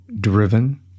driven